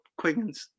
Quiggins